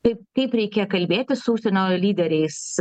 taip kaip reikia kalbėtis su užsienio lyderiais